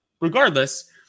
regardless